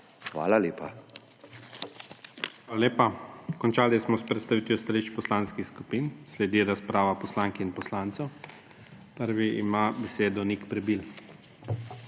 ZORČIČ: Hvala lepa. Končali smo s predstavitvijo stališč poslanskih skupin. Sledi razprava poslank in poslancev. Prvi ima besedo Nik Prebil.